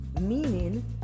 Meaning